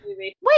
Wait